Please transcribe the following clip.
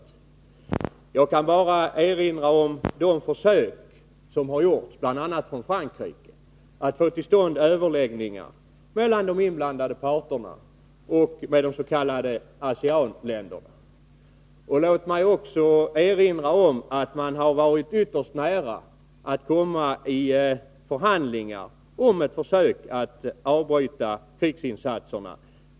Jag kan bara erinra om de försök som har gjorts bl.a. av Frankrike att få till stånd överläggningar mellan de inblandade parterna, bl.a. ASEAN-länderna. Låt mig även erinra om att man har varit ytterst nära att komma till förhandlingar om ett försök att avbryta krigsinsatserna.